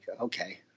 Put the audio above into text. okay